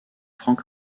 frank